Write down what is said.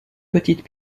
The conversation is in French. petites